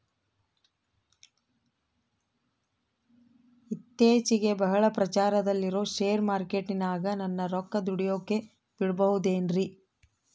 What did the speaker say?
ಇತ್ತೇಚಿಗೆ ಬಹಳ ಪ್ರಚಾರದಲ್ಲಿರೋ ಶೇರ್ ಮಾರ್ಕೇಟಿನಾಗ ನನ್ನ ರೊಕ್ಕ ದುಡಿಯೋಕೆ ಬಿಡುಬಹುದೇನ್ರಿ?